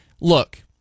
look